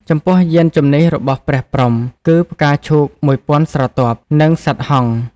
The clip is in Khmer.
ចំពោះយានជំនះរបស់ព្រះព្រហ្ម គឺ៖ ផ្កាឈូក១,០០០ស្រទាប់ និងសត្វហង្ស ។